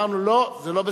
ואמרנו: לא, זה לא בסדר.